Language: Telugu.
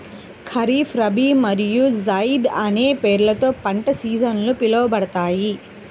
ఖరీఫ్, రబీ మరియు జైద్ అనే పేర్లతో పంట సీజన్లు పిలవబడతాయి